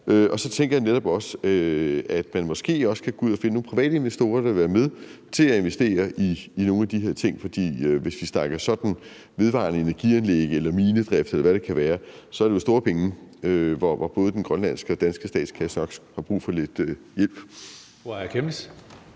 Og så tænker jeg netop, at man måske også kan gå ud og finde nogle private investorer, der vil være med til at investere i nogle af de her ting. For hvis vi snakker sådan vedvarende energi-anlæg eller minedrift, eller hvad det kan være, er det jo store summer penge, hvor både den grønlandske og den danske statskasse nok har brug for lidt hjælp.